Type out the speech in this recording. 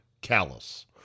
callous